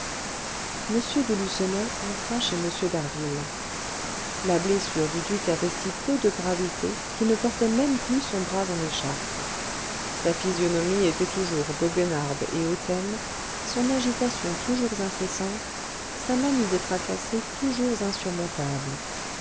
m de lucenay entra chez m d'harville la blessure du duc avait si peu de gravité qu'il ne portait même plus son bras en écharpe sa physionomie était toujours goguenarde et hautaine son agitation toujours incessante sa manie de tracasser toujours insurmontable